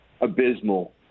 abysmal